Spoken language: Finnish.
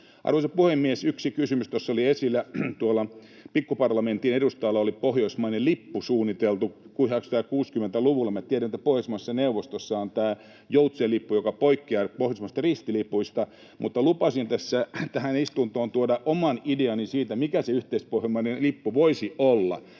Arvoisa puhemies! Yksi kysymys tuossa oli esillä. Tuolla Pikkuparlamentin edustalla oli pohjoismainen lippu, suunniteltu 1960-luvulla. Minä tiedän, että pohjoismaisessa neuvostossa on tämä joutsenlippu, joka poikkeaa pohjoismaisista ristilipuista, mutta lupasin tähän istuntoon tuoda oman ideani siitä, mikä se yhteispohjoismainen lippu voisi olla.